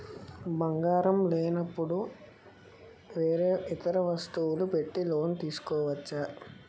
బంగారం లేనపుడు వేరే ఇతర వస్తువులు పెట్టి లోన్ తీసుకోవచ్చా?